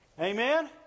Amen